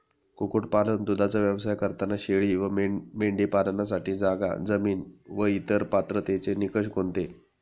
कुक्कुटपालन, दूधाचा व्यवसाय करताना शेळी व मेंढी पालनासाठी जागा, जमीन व इतर पात्रतेचे निकष कोणते?